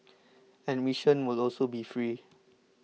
admission will also be free